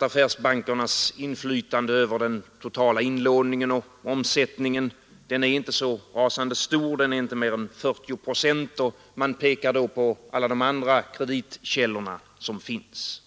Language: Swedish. affärsbankernas inflytande över den totala inlåningen och omsättningen inte är så rasande stort — affärsbankernas andel av inlåningen utgör ca 40 procent — och pekar på alla de andra kreditkällor som finns.